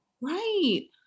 Right